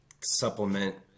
supplement